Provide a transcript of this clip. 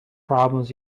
problems